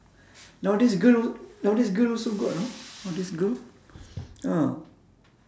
nowadays girl nowadays girl also got you know nowadays girl ah